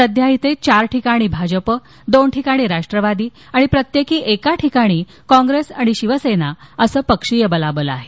सध्या श्रे चार ठिकाणी भाजप दोन ठिकाणी राष्ट्रवादी आणि प्रत्येकी एका ठिकाणी काँप्रेस आणि शिवसेना असं पक्षीय बलाबल आहे